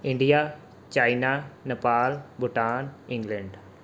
India China Nepal Bhutan England